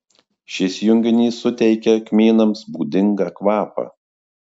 šis junginys suteikia kmynams būdingą kvapą